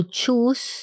choose